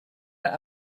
that